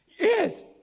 Yes